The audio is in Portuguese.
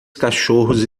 cachorros